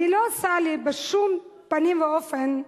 אני לא עושה לי בשום פנים ואופן,